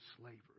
slavery